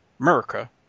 America